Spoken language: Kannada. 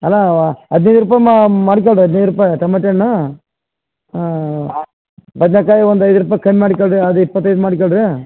ಅಲ್ಲಾ ಹದಿನೈದು ರೂಪಾಯಿ ಮಾಡಿಕೊಳ್ಳಿರಿ ಹದಿನೈದು ರೂಪಾಯಿ ಟಮೆಟೆ ಹಣ್ಣು ಬದ್ನೆಕಾಯಿ ಒಂದು ಐದು ರೂಪಾಯಿ ಕಮ್ಮಿ ಮಾಡ್ಕೊಳ್ಳ್ರಿ ಅದು ಇಪ್ಪತ್ತೈದು ಮಾಡ್ಕೊಳ್ರಿ